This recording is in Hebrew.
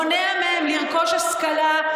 מונע מהם לרכוש השכלה,